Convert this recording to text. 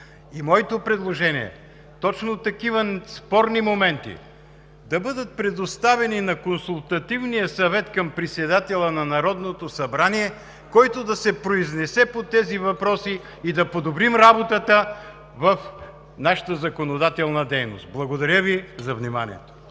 Моето предложение е точно такива спорни моменти да бъдат предоставени на Консултативния съвет към председателя на Народното събрание, който да се произнесе по тези въпроси и да подобрим работата в нашата законодателна дейност. Благодаря Ви за вниманието.